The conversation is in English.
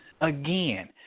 Again